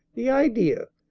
the idea!